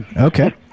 okay